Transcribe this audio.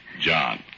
John